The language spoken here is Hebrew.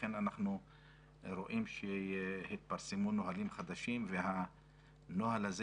ואכן אנחנו רואים שהתפרסמו נהלים חדשים והנוהל הזה